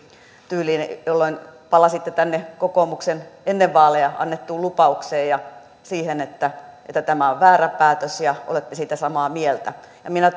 tyyliin aivan jolloin palasitte kokoomuksen ennen vaaleja antamaan lupaukseen ja siihen että että tämä on väärä päätös ja olette siitä samaa mieltä minä